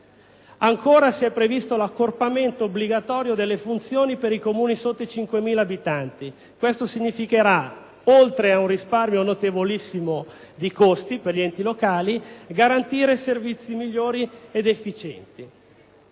inoltre previsto l'accorpamento obbligatorio delle funzioni per i Comuni con meno di 5.000 abitanti, che, oltre a comportare un risparmio notevolissimo di costi per gli enti locali, garantirà servizi migliori ed efficienti.